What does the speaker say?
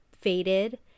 faded